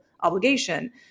obligation